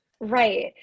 Right